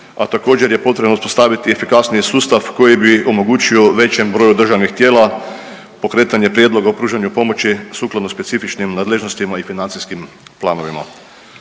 a također je potrebno uspostaviti efikasniji sustav koji bi omogućio većem broju državnih tijela pokretanje prijedloga o pružanju pomoći sukladno specifičnim nadležnostima i financijskim planovima.